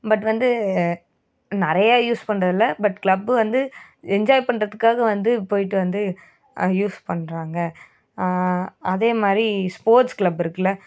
but வந்து நிறையா use பண்ணுறல்ல பட் க்ளப் வந்து என்ஜாய் பண்ணுறதுக்காக வந்து போயிட்டு வந்து அதையூஸ் பண்ணுறாங்க அதேமாதிரி ஸ்போட்ஸ் க்ளப் இருக்குதுல